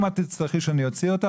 אם את תצטרכי שאני אוציא אותך,